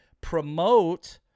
promote